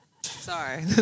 Sorry